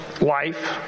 life